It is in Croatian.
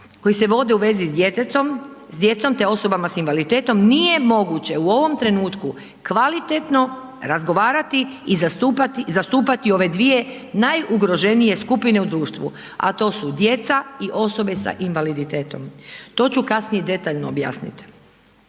koji se vode u vezi s djetetom, s djecom te osobama s invaliditetom, nije moguće u ovom trenutku kvalitetno razgovarati i zastupati ove dvije najugroženije skupine u društvu a to su djeca i osobe sa invaliditetom. To ću kasnije detaljno objasnit.